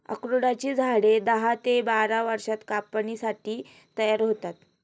अक्रोडाची झाडे दहा ते बारा वर्षांत कापणीसाठी तयार होतात